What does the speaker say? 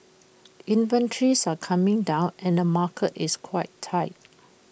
inventories are coming down and market is quite tight